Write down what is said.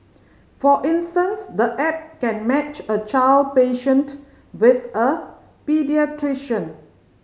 for instance the app can match a child patient with a paediatrician